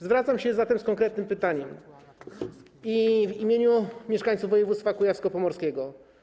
Zwracam się zatem z konkretnym pytaniem w imieniu mieszkańców województwa kujawsko-pomorskiego.